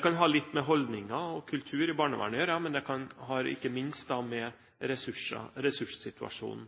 kan ha litt med holdninger og kultur i barnevernet å gjøre, men det har ikke minst med ressurssituasjonen